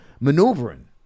maneuvering